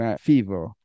fever